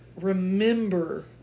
remember